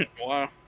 Wow